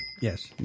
Yes